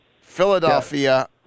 Philadelphia